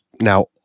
now